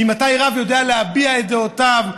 ממתי רב יודע להביע את דעותיו?